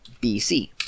BC